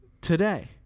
Today